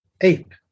ape